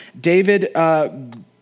David